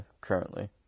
currently